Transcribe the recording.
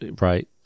Right